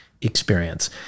experience